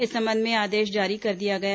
इस संबंध में आदेश जारी कर दिया गया है